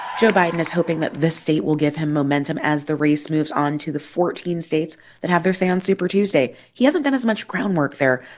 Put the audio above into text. joe biden is hoping that this state will give him momentum as the race moves on to the fourteen states that have their say on super tuesday. he hasn't done as much groundwork there.